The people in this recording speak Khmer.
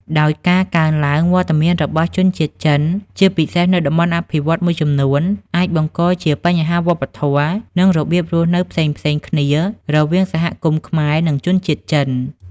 ដោយការកើនឡើងវត្តមានរបស់ជនជាតិចិន ជាពិសេសនៅតំបន់អភិវឌ្ឍន៍មួយចំនួន អាចបង្កជាបញ្ហាវប្បធម៌ និងរបៀបរស់នៅផ្សេងៗគ្នារវាងសហគមន៍ខ្មែរ និងជនជាតិចិន។